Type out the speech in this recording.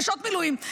נשות מילואים.